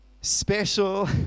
special